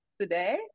today